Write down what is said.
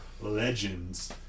legends